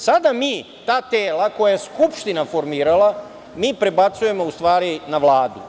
Sada mi ta tela koja je Skupština formirala, mi prebacujemo u stvari na Vladu.